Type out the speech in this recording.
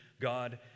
God